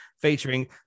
featuring